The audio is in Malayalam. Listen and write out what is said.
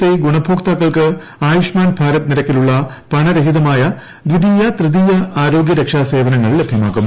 ഐ ഗുണഭോക്താക്കൾക്ക് ആയുഷ്മാൻ ഭാരത് നിരക്കിലുള്ള പണരഹിതമായ ദ്ദിതീയ ത്രിതീയ ആരോഗൃ രക്ഷാ സേവനങ്ങൾ ലഭ്യമാകും